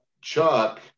Chuck